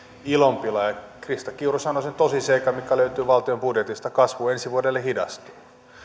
ilonpilaaja mutta krista kiuru sanoi sen tosiseikan mikä löytyy valtion budjetista kasvu ensi vuodelle hidastuu